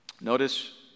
notice